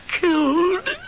killed